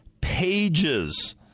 pages